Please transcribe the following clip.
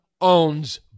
owns